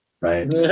Right